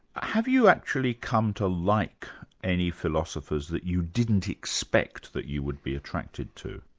have you actually come to like any philosophers that you didn't expect that you would be attracted to?